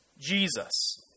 Jesus